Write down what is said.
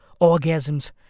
orgasms